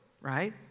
right